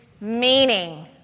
meaning